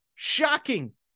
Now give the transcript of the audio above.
Shocking